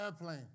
airplane